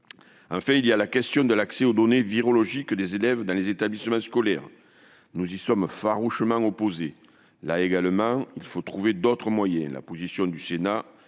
Enfin, il y a la question de l'accès aux données virologiques des élèves dans les établissements scolaires. Nous y sommes farouchement opposés. Là également, il faut trouver d'autres moyens. La position du Sénat